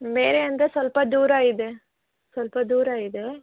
ಬೇರೆ ಅಂದರೆ ಸ್ವಲ್ಪ ದೂರ ಇದೆ ಸ್ವಲ್ಪ ದೂರ ಇದೆ